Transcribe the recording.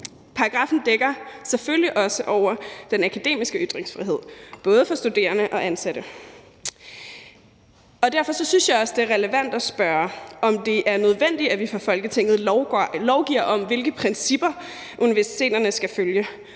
Paragraffen dækker selvfølgelig også over den akademiske ytringsfrihed, både for studerende og ansatte. Og derfor synes jeg også, det er relevant at spørge, om det er nødvendigt, at vi fra Folketingets side lovgiver om, hvilke principper universiteterne skal følge,